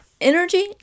Energy